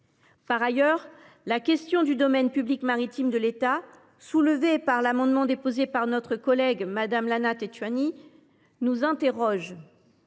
Par ailleurs, la question du domaine public maritime de l’État, soulevée par l’amendement déposé par notre collègue Mme Lana Tetuanui, nous interroge.